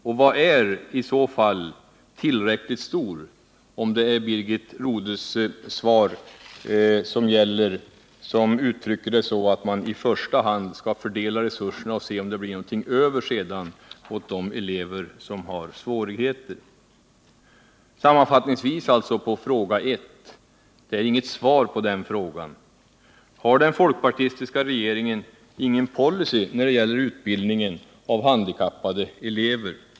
Och vad är i så fall en ”tillräckligt stor” förstärkningsresurs, om Birgit Rodhes svar är att man först skall fördela resurserna för generella åtgärder som en minskning av undervisningsgruppernas storlek och sedan se om det blir något över åt de elever som har svårigheter? Sammanfattningsvis vill jag beträffande fråga 1 framhålla att jag inte har fått något svar på den frågan. Har den folkpartistiska regeringen ingen policy när det gäller utbildning av handikappade elever?